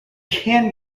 can